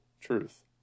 truth